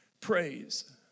praise